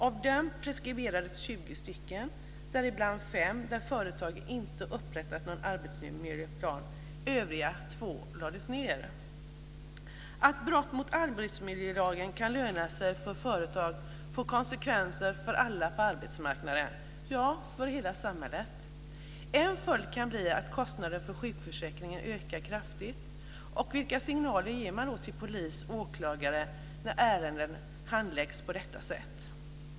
Av dem preskriberades 20, däribland 5 där företaget inte upprättat någon arbetsmiljöplan. Övriga 2 lades ner." Att brott mot arbetsmiljölagen kan löna sig för företagen får konsekvenser för alla på arbetsmarknaden, ja, för hela samhället. En följd kan bli att kostnaderna för sjukförsäkringen ökar kraftigt. Och vilka signaler ger man till polis och åklagare när ärenden handläggs på detta sätt?